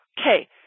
Okay